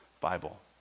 Bible